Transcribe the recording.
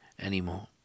anymore